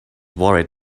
worried